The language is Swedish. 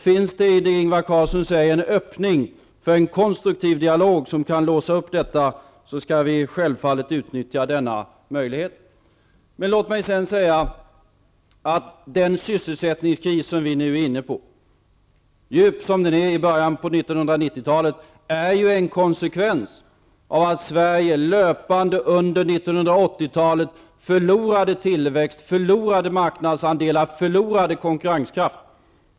Finns det, i det som Ingvar Carlsson säger, en öppning för en konstruktiv dialog som kan låsa upp detta, skall vi självfallet utnyttja denna möjlighet. Låt mig sedan säga att den sysselsättningskris som vi nu har, djup som den är i början på 1990-talet, ju är en konsekvens av att Sverige löpande under 1980-talet förlorade tillväxt, marknadsandelar och konkurrenskraft.